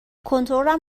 کنترلم